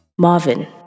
Marvin